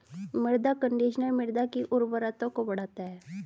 मृदा कंडीशनर मृदा की उर्वरता को बढ़ाता है